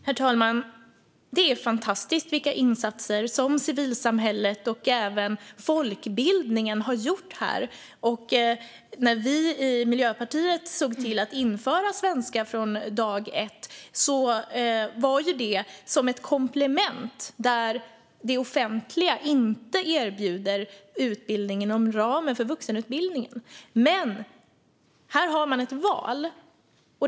Herr talman! Det är fantastiskt vilka insatser som civilsamhället och även folkbildningen har gjort här. När vi i Miljöpartiet såg till att införa Svenska från dag ett var det som ett komplement där det offentliga inte erbjuder utbildning inom ramen för vuxenutbildningen. Men här har man ett val.